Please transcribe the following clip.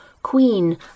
Queen